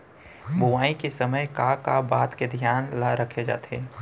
बुआई के समय का का बात के धियान ल रखे जाथे?